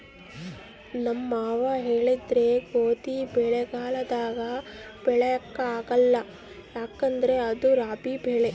ನಮ್ ಮಾವ ಹೇಳಿದ್ರು ಗೋದಿನ ಮಳೆಗಾಲದಾಗ ಬೆಳ್ಯಾಕ ಆಗ್ಕಲ್ಲ ಯದುಕಂದ್ರ ಅದು ರಾಬಿ ಬೆಳೆ